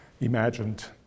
imagined